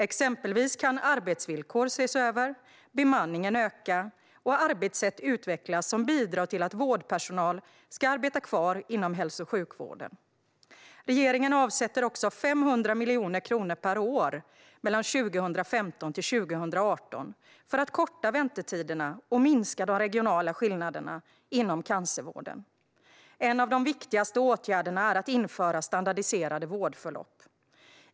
Exempelvis kan arbetsvillkor ses över, bemanningen öka och arbetssätt utvecklas som bidrar till att vårdpersonal arbetar kvar inom hälso och sjukvården. Regeringen avsätter också 500 miljoner kronor per år 2015-2018 för att korta väntetiderna och minska de regionala skillnaderna inom cancervården. En av de viktigaste åtgärderna är att införa standardiserade vårdförlopp.